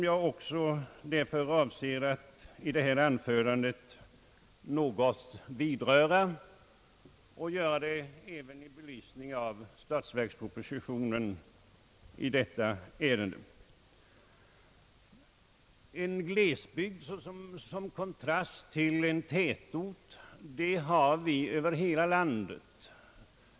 Jag avser att i detta anförande något vidröra detta problem, inte minst i belysning av statsverkspropositionen. En glesbygd som kontrast till en tätort kan vi finna över hela landet.